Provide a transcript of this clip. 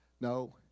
No